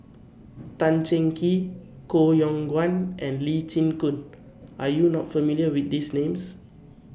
Tan Cheng Kee Koh Yong Guan and Lee Chin Koon Are YOU not familiar with These Names